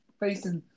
facing